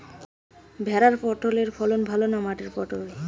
ভেরার পটলের ফলন ভালো না মাটির পটলের?